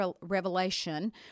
revelation